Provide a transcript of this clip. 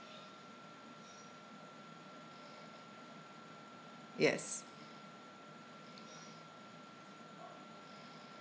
yes